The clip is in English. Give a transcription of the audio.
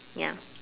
ya